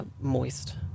moist